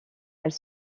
elle